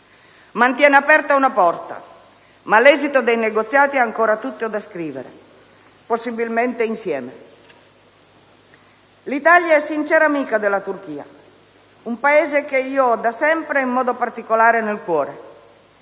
Mantiene aperta una porta, ma l'esito dei negoziati è ancora tutto da scrivere, possibilmente insieme. L'Italia è sincera amica della Turchia, un Paese che io ho da sempre in modo particolare nel cuore.